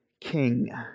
king